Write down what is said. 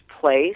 place